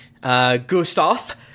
Gustav